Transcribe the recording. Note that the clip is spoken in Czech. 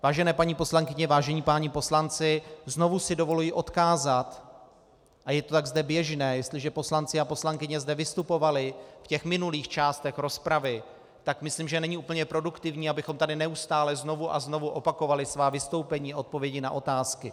Vážené paní poslankyně, vážení páni poslanci, znovu si dovoluji odkázat a je to tak zde běžné, jestliže poslanci a poslankyně zde vystupovali v minulých částech rozpravy, tak myslím, že není úplně produktivní, abychom tady neustále znovu a znovu opakovali svá vystoupení a odpovědi na otázky.